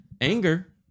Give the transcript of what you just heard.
anger